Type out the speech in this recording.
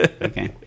Okay